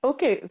Okay